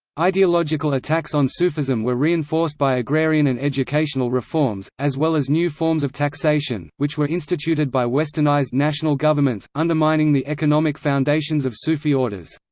ideological attacks on sufism were reinforced by agrarian and educational reforms, as well as new forms of taxation, which were instituted by westernizing national governments, undermining the economic foundations of sufi orders.